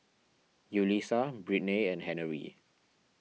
Yulisa Brittnay and Henery